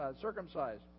circumcised